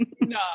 no